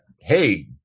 hey